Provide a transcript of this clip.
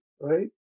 right